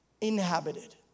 inhabited